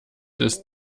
ist